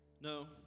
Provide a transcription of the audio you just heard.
No